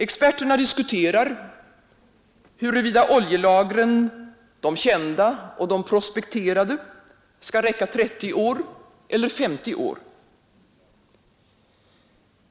Experterna diskuterar huruvida oljelagren, de kända och de prospekterade, skall räcka 30 eller 50 år.